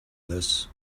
this